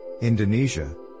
Indonesia